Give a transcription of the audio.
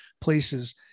places